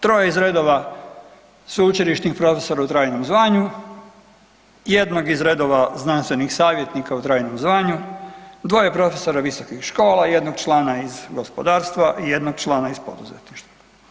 Troje iz redova sveučilišnih profesora u trajnom zvanju, jednog iz redova znanstvenih savjetnika u trajnom zvanju, dvoje profesora visokih škola, jednog člana iz gospodarstva i jednog člana iz poduzetništva.